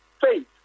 faith